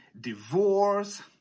divorce